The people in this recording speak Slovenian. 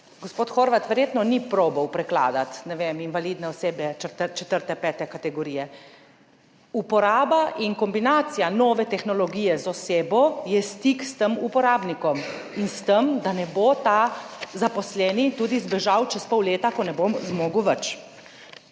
gospod Horvat verjetno ni poskusil prekladati invalidne osebe četrte, pete kategorije, uporaba in kombinacija nove tehnologije z osebo je stik s tem uporabnikom in s tem, da ne bo ta zaposleni tudi zbežal čez pol leta, ko ne bo več